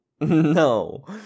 No